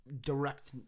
direct